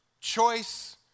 choice